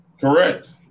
Correct